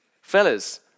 Fellas